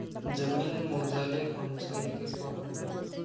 जमीन मोजाले कोनचं एकक वापरते?